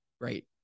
right